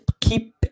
keep